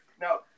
Now